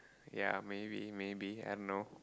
ya maybe maybe I don't know